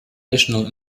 national